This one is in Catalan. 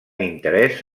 interès